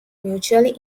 mutually